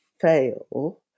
fail